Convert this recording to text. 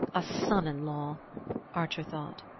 a son-in-law archer thought.